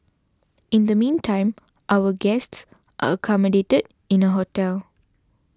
in the meantime our guests accommodated in a hotel